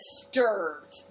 disturbed